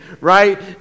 right